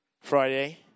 Friday